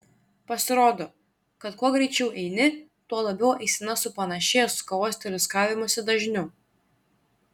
pasirodo kad kuo greičiau eini tuo labiau eisena supanašėja su kavos teliūskavimosi dažniu